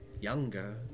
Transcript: younger